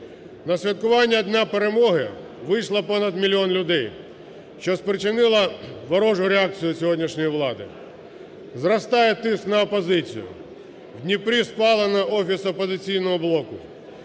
На святкування Дня Перемоги вийшло понад мільйон людей, що спричинило ворожу реакцію сьогоднішньої влади. Зростає тиск на опозицію. В Дніпрі спалено офіс "Опозиційного блоку",